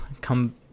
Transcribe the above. come